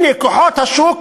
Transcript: הנה, כוחות השוק